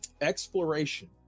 exploration